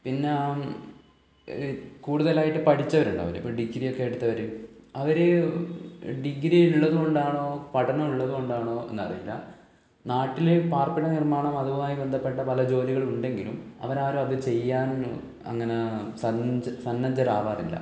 പിന്നെ കൂടുതലായിട്ടും പഠിച്ചവരുണ്ടാവൂലേ ഇപ്പം ഡിഗ്രിയൊക്കെ എടുത്തവർ അവർ ഡിഗ്രിയുള്ളത് കൊണ്ടാണോ പഠനമുള്ളത് കൊണ്ടാണോ എന്നറിയില്ല നാട്ടിൽ പാർപ്പിട നിർമ്മാണം അതുമായി ബന്ധപ്പെട്ട പല ജോലികളും ഉണ്ടെങ്കിലും അവർ ആരും അത് ചെയ്യാനും അങ്ങനെ സന്നജ സന്നദ്ധരാവാറില്ല